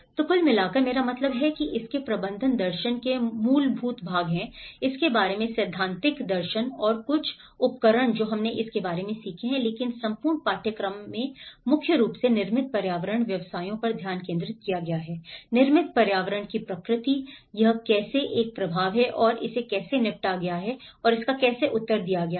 तो कुल मिलाकर मेरा मतलब है कि इसके प्रबंधन दर्शन के मूलभूत भाग हैं इसके बारे में सैद्धांतिक दर्शन और कुछ उपकरण जो हमने इसके बारे में सीखे हैं लेकिन संपूर्ण पाठ्यक्रम है मुख्य रूप से निर्मित पर्यावरण व्यवसायों पर ध्यान केंद्रित किया गया निर्मित पर्यावरण की प्रकृति यह कैसे एक प्रभाव है और इसे कैसे निपटा गया है और इसका कैसे उत्तर दिया गया है